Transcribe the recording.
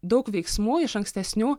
daug veiksmų iš ankstesnių